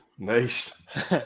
Nice